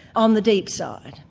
on the deep side.